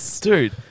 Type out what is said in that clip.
Dude